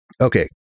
Okay